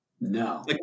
no